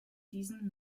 diesen